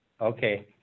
Okay